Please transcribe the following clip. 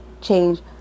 change